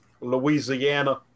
Louisiana